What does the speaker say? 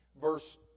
Verse